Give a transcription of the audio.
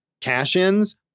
cash-ins